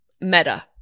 meta